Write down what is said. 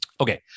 Okay